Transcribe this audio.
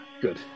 good